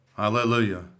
Hallelujah